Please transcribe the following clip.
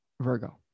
Virgo